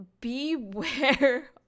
beware